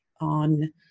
on